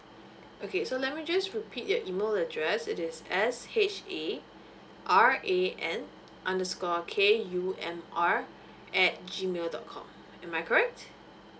okay so let me just repeat your email address it is S H A R A N underscore K U M R at G mail dot com